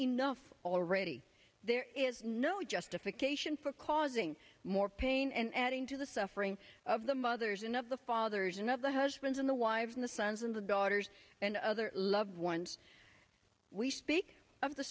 enough already there is no justification for causing more pain and adding to the suffering of the mothers and of the fathers and of the husbands in the wives in the sons and daughters and other loved ones we speak of the